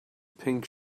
pink